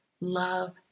love